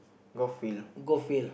golf field